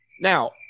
Now